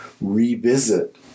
revisit